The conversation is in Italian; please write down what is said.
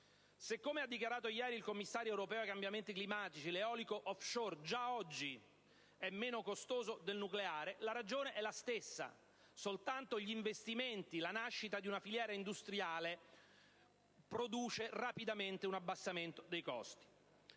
Se come ha dichiarato ieri il commissario europeo che si occupa dei cambiamenti climatici, l'eolico *off shore* già oggi è meno costoso del nucleare, la ragione è la stessa: soltanto gli investimenti, la nascita di una filiera industriale, produce rapidamente un abbassamento dei costi.